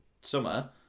summer